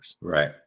right